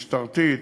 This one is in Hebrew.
משטרתית,